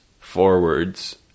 forwards